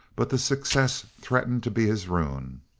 but the success threatened to be his ruin.